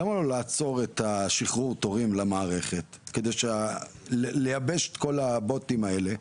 למה לא לעצור את שחרור התורים למערכת כדי לייבש את כל הבוטים האלה?